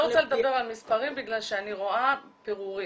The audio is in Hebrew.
לא רוצה לדבר על מספרים בגלל שאני רואה פירורים.